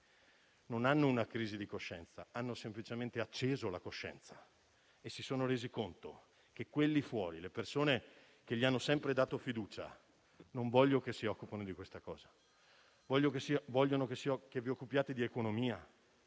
non hanno una crisi di coscienza; hanno semplicemente acceso la coscienza, rendendosi conto che quelli fuori, le persone che gli hanno sempre dato fiducia non vogliono che si occupino di questa cosa; vogliono che vi occupiate di economia,